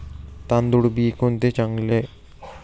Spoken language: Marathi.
तांदूळ बी कोणते चांगले?